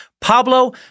Pablo